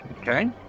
Okay